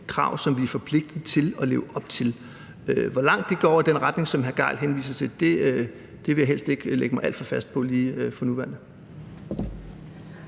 krav, som vi er forpligtet til at leve op til. Hvor langt det går i den retning, som hr. Torsten Gejl henviser til, vil jeg helst ikke lægge mig alt for fast på lige for nuværende.